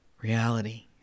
reality